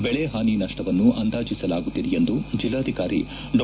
ಬೆಳೆ ಹಾನಿ ನಷ್ಟವನ್ನು ಅಂದಾಜಿಸಲಾಗುತ್ತಿದೆ ಎಂದು ಜಿಲ್ಲಾಧಿಕಾರಿ ಡಾ